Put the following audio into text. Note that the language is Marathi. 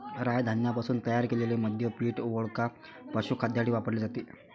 राय धान्यापासून तयार केलेले मद्य पीठ, वोडका, पशुखाद्यासाठी वापरले जाते